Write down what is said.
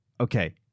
Okay